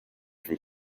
from